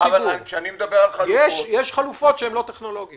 כשאני מדבר על חלופות --- יש חלופות שהן לא טכנולוגיות.